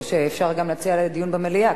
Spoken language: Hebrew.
אפשר גם להציע להעביר לדיון במליאה,